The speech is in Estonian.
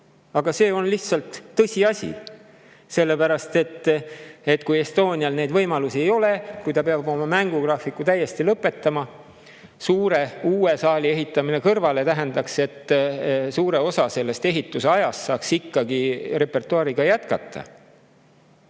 vaid see on lihtsalt tõsiasi, sest kui Estonial neid võimalusi ei ole, siis ta peab oma mängugraafiku täiesti lõpetama. Uue saali ehitamine sinna kõrvale tähendaks, et suure osa ehituse ajast saaks ikkagi repertuaariga jätkata,